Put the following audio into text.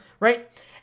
Right